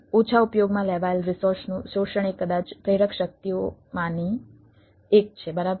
ઓછા ઉપયોગમાં લેવાયેલા રિસોર્સનું શોષણ એ કદાચ પ્રેરક શક્તિઓમાંથી એક છે બરાબર